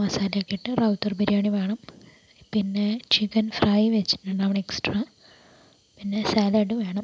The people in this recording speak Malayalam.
മസാലയൊക്കെ ഇട്ട് റാവുത്തർ ബിരിയാണി വേണം പിന്നെ ചിക്കൻ ഫ്രൈ വെച്ചിട്ടുണ്ടാകണം എക്സ്ട്രാ പിന്നെ സലാഡ് വേണം